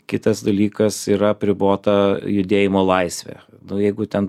kitas dalykas yra apribota judėjimo laisvė nu jeigu ten